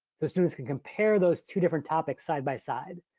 those students can compare those two different topics side-by-side.